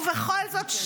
בכל זאת,